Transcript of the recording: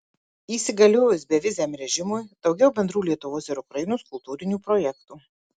įsigaliojus beviziam režimui daugiau bendrų lietuvos ir ukrainos kultūrinių projektų